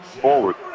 forward